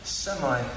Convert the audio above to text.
semi